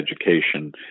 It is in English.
education